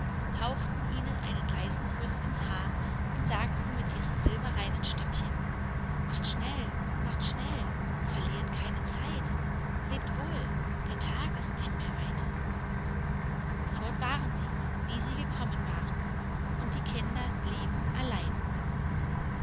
hauchten ihnen einen leisen kuß ins haar und sagten mit ihren silberreinen stimmchen macht schnell macht schnell verliert keine zeit lebt wohl der tag ist nicht mehr weit fort waren sie wie sie gekommen waren und die kinder blieben allein